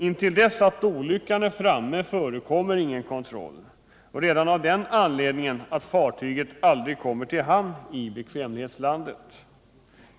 Intill dess att olyckan är framme förekommer ingen kontroll redan av den anledningen att fartyget aldrig kommer till hamn i bekvämlighetslandet.